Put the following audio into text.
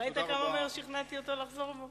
ראית כמה מהר שכנעתי אותו לחזור בו?